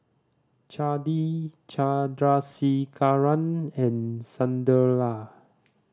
Chandi Chandrasekaran and Sunderlal